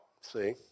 See